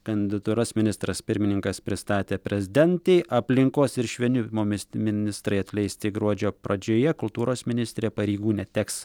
kandidatūras ministras pirmininkas pristatė prezidentei aplinkos ir švenimo mis ministrai atleisti gruodžio pradžioje kultūros ministrė pareigų neteks